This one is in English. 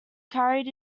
carried